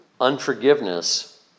unforgiveness